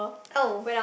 oh